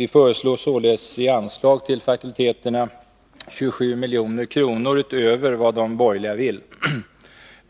Vi föreslår således anslag till fakulteterna med 27 milj.kr. utöver vad de borgerliga vill ge.